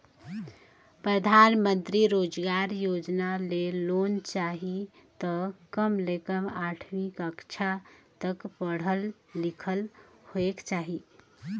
परधानमंतरी रोजगार योजना ले लोन चाही त कम ले कम आठवीं कक्छा तक पढ़ल लिखल होएक चाही